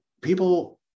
people